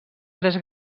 tres